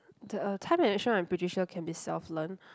the time management I'm pretty sure can be self learn